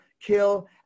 kill